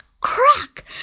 crack